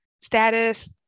status